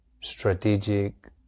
strategic